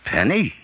Penny